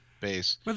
base